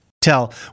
tell